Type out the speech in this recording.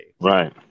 Right